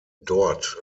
dort